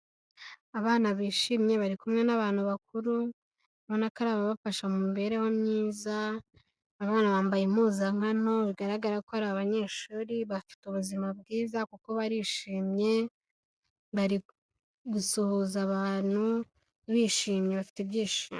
Abana bishimye bari kumwe n'abantu bakuru ubona ko ari ababafasha mu mibereho myiza, abana bambaye impuzankano bigaragara ko ari abanyeshuri, bafite ubuzima bwiza kuko barishimye, bari gusuhuza abantu bishimye, bafite ibyishimo.